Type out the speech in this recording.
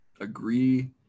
agree